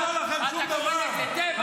אז אתה ועבאס אותו דבר?